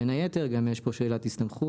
בין היתר יש פה גם שאלת הסתכמות,